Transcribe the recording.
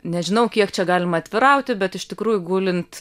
nežinau kiek čia galima atvirauti bet iš tikrųjų gulint